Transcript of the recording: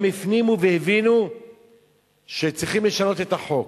הם הפנימו והבינו שצריך לשנות את החוק,